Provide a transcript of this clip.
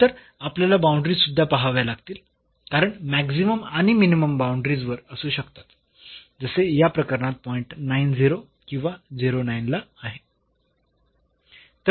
नंतर आपल्याला बाऊंडरीज सुद्धा पहाव्या लागतील कारण मॅक्सिमम आणि मिनिमम बाऊंडरीज वर असू शकतात जसे या प्रकरणात पॉईंट किंवा ला आहे